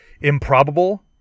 improbable